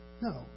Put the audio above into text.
no